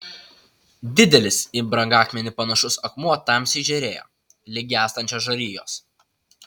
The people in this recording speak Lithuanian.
didelis į brangakmenį panašus akmuo tamsiai žėrėjo lyg gęstančios žarijos